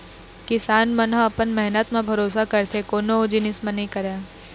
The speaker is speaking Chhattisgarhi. किसान मन ह अपन मेहनत म भरोसा करथे कोनो अउ जिनिस म नइ करय